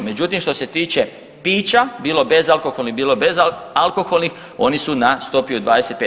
Međutim, što se tiče pića bilo bezalkoholnih bilo alkoholnih oni su na stopi od 25.